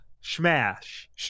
smash